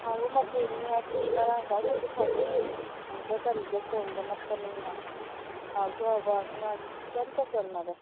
ꯍꯥꯎꯕ ꯃꯊꯦꯜꯅꯤ ꯍꯥꯏꯕꯗꯤ ꯃꯔꯥꯡ ꯀꯥꯏꯅꯁꯨ ꯐꯪꯉꯤ ꯎꯗ ꯀꯔꯤꯗ ꯆꯣꯡꯕ ꯅꯞꯄꯅꯤꯅ ꯍꯥꯎꯁꯨ ꯍꯥꯎꯕ ꯃꯥꯗꯤ ꯏꯆꯟꯗ ꯆꯟꯅꯔꯦ